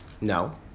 No